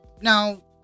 Now